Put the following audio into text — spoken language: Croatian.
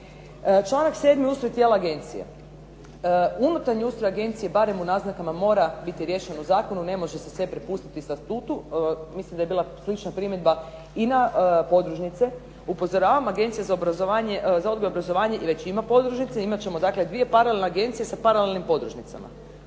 Članak 7. Ustroj tijela agencije. Unutarnji ustroj agencije barem u naznakama mora biti riješen u zakonu ne može se sve prepustiti statutu, mislim da je bila slična primjedba i na podružnice. Upozoravam Agencija za odgoj i obrazovanje već ima podružnice, imat ćemo dakle 2 paralelne agencije sa paralelnim podružnicama.